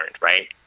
right